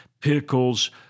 Pickles